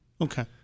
Okay